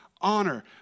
Honor